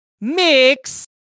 mix